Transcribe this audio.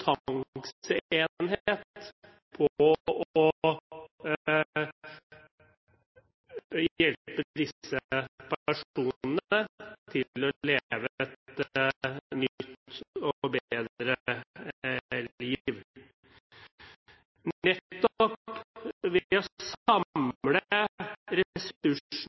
hjelpe disse personene til å leve et nytt og bedre liv. Nettopp det å samle